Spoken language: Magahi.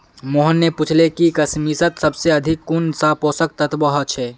मोहन ने पूछले कि किशमिशत सबसे अधिक कुंन सा पोषक तत्व ह छे